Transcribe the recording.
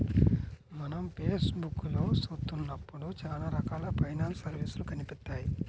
మనం ఫేస్ బుక్కులో చూత్తన్నప్పుడు చానా రకాల ఫైనాన్స్ సర్వీసులు కనిపిత్తాయి